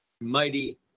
mighty